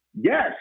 Yes